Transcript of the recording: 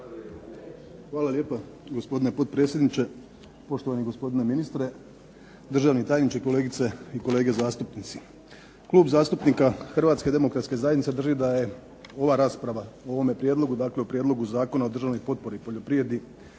Hvala lijepo gospodine potpredsjedniče, poštovani gospodine ministre, državni tajniče, kolegice i kolege zastupnici. Klub zastupnika HDZ-a drži da je ova rasprava o ovome prijedlogu, Prijedlogu zakona o državnoj potpori poljoprivredi